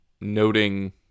noting